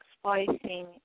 splicing